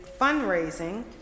fundraising